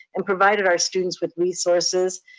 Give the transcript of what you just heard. and provided our students with resources,